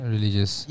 Religious